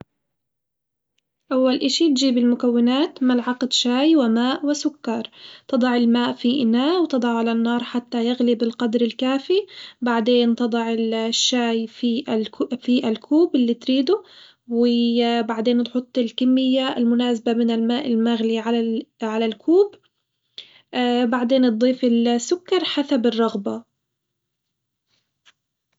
أول إشي تجيب المكونات ملعقة شاي وماء وسكر تضع الماء في إناء وتضعه على النار حتى يغلي بالقدر الكافي، بعدين تضع الشاي في ال في الكوب اللي تريده، وبعدين تحط الكمية المناسبة من الماء المغلي على ال- على الكوب بعدين تضيف السكر حسب الرغبة.